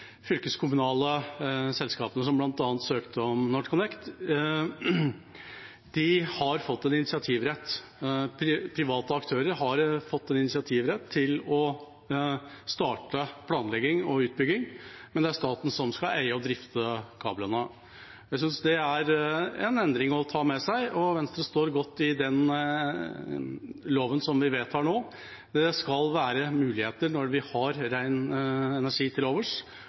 aktører har fått en initiativrett til å starte planlegging og utbygging, men det er staten som skal eie og drifte kablene. Jeg synes det er en endring å ta med seg, og Venstre står godt i den loven vi vedtar nå. Det skal være muligheter når vi har ren energi til overs,